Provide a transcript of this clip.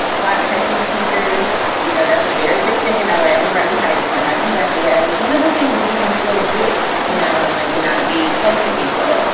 but hiking sneakers, you know, that's a very big thing in l a. everybody hikes and i haven't done it yet is one of the things that you can still do, you know, and like not be close to people.